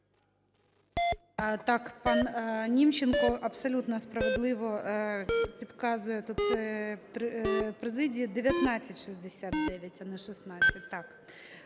Так, пан Німченко абсолютно справедливо підказує тут президії: 1969, а не 16, так.